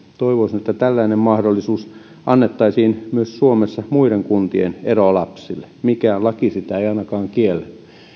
toivoisin että tällainen mahdollisuus annettaisiin suomessa myös muiden kuntien erolapsille mikään laki sitä ei ainakaan kiellä